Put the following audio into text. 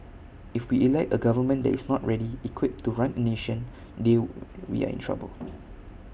if we elect A government that is not ready equipped to run A nation new we are in trouble